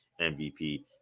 MVP